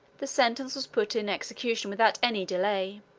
the sentence was put in execution without any delay.